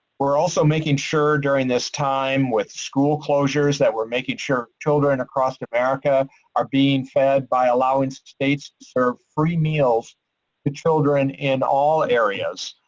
we're also making sure during this time with school closures that we're making sure children across america are being fed by allowing states to serve free meals to children in all areas.